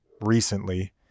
recently